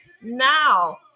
now